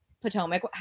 Potomac